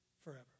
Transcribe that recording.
forever